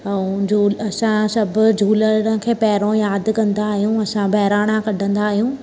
ऐं झुले असां सभु झूलण खे पहिरियों यादि कंदा आहियूं असां बहिराणा कढंदा आहियूं